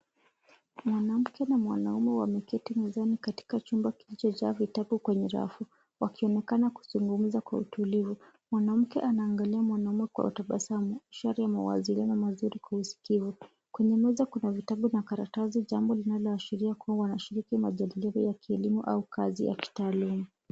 Mwanamke na mwanaume wameketi mezani katika chumba kilichojaa vitabu kwenye rafu wakionekana kuzungumza kwa utulivu. Mwanamke anaangalia mwanaume kwa tabasamu ishara ya mawasiliano mazuri kwa usikivu. Kwenye meza kuna vitabu karatasi jambo linaloashiria kuwa wanashiriki majadiliano ya kielimu au kazi ya kitaaluma.